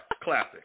classic